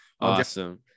awesome